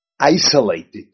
isolated